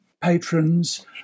patrons